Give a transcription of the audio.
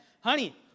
Honey